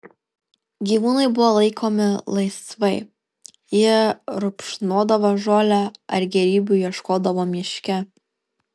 gyvūnai buvo laikomi laisvai jie rupšnodavo žolę ar gėrybių ieškodavo miške